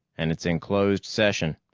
and it's in closed session.